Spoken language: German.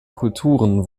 kulturen